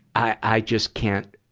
i, i just can't,